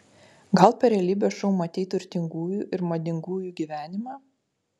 gal per realybės šou matei turtingųjų ir madingųjų gyvenimą